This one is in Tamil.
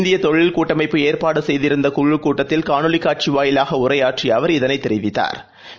இந்திய தொழில் கூட்டமைப்பு ஏற்பாடு செய்திருந்த குழுக் கூட்டத்தில் காணொலி காட்சி வாயிலாக உரையாற்றி அவர் இதனைத் தெரிவித்தாா்